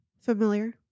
familiar